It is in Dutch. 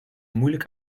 moeilijk